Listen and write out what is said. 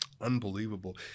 Unbelievable